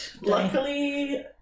Luckily